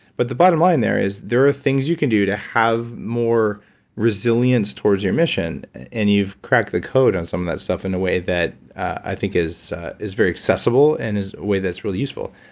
but the bottom line there is there are things you can do to have more resilience towards your mission and you've cracked the code on some of that stuff in a way that i think is is very accessible and is a way that's really useful.